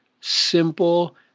simple